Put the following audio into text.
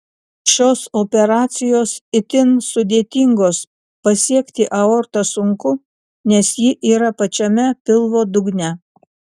šios operacijos itin sudėtingos pasiekti aortą sunku nes ji yra pačiame pilvo dugne